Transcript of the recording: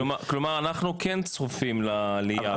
כלומר אנחנו כן צפויים לעלייה.